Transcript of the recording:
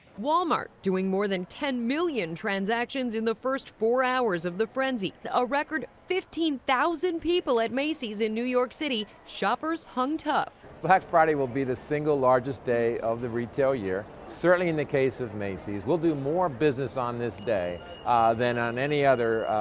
walmart, doing more than ten million transactions in the first four hours of the frenzy. a record fifteen thousand people at macy's in new york city, shoppers hung tough. black friday will be the single largest day of the retail year. certainly in the case of macy's, we'll do more business on this day than on any other, ah,